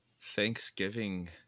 Thanksgiving